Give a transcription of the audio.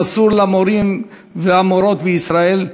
המסור למורים ולמורות בישראל,